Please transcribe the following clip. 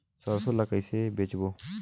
सरसो ला कइसे बेचबो?